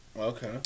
Okay